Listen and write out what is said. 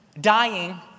dying